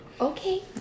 Okay